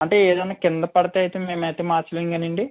అంటే ఏదైనా కింద పడితే అయితే మేము అయితే మార్చలేము కానీ అండి